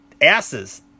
asses